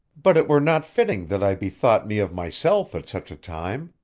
but it were not fitting that i bethought me of myself at such a time.